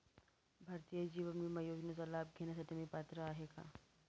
भारतीय जीवन विमा योजनेचा लाभ घेण्यासाठी मी पात्र आहे का?